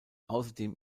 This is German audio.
außerdem